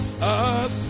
up